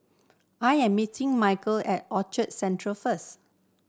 I am meeting at Orchard Central first